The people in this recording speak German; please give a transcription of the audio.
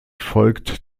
folgt